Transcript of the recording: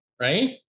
Right